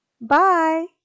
Bye